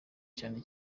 cyane